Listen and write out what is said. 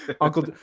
Uncle